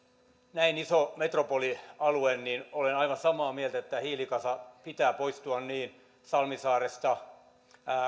näin iso metropolialue niin olen aivan samaa mieltä että hiilikasan pitää poistua niin salmisaaresta